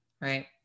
right